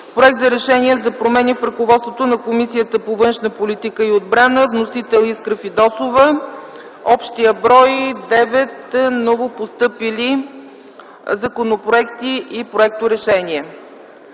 Проект за Решение за промени в ръководството на Комисията по външна политика и отбрана. Вносител – Искра Фидосова. Общият брой – 9 новопостъпили законопроекти и проекторешения.